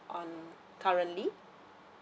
on currently